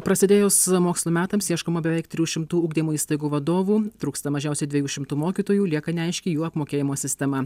prasidėjus mokslo metams ieškoma beveik trijų šimtų ugdymo įstaigų vadovų trūksta mažiausiai dviejų šimtų mokytojų lieka neaiški jų apmokėjimo sistema